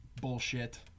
bullshit